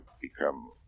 become